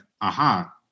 aha